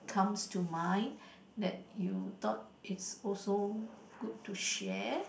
comes to mind that you thought it's also good to share